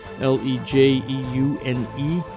L-E-J-E-U-N-E